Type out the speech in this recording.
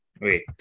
Wait